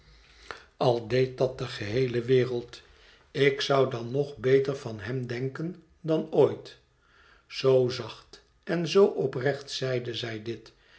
al deed dat de geheele wereld ik zou dan nog beter van hem denken dan ooit zoo zacht en zoo oprecht zeide zij dit